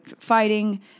fighting